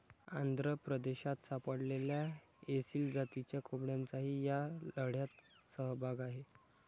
आंध्र प्रदेशात सापडलेल्या एसील जातीच्या कोंबड्यांचाही या लढ्यात सहभाग आहे